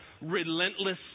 relentless